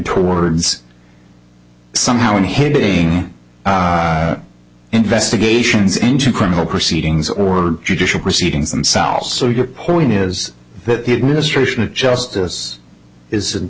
towards somehow inhibiting investigations into criminal proceedings or judicial proceedings themselves so your point is that the administration of justice is